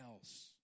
else